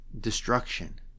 destruction